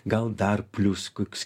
gal dar plius koks